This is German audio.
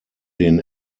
den